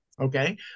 Okay